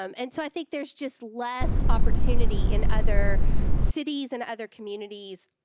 um and so, i think there's just less opportunity in other cities and other communities